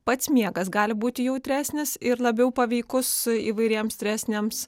pats miegas gali būti jautresnis ir labiau paveikus įvairiems stresiniams